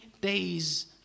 days